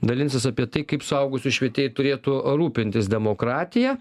dalinsis apie tai kaip suaugusiųjų švietėjai turėtų rūpintis demokratija